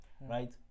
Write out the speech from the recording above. right